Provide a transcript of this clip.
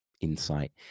insight